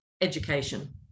education